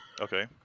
Okay